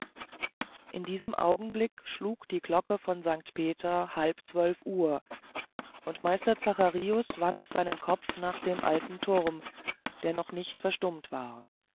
in diesem augenblick schlug die glocke von st peter halb zwölf uhr und meister zacharius wandte seinen kopf nach dem alten thurm der noch nicht verstummt war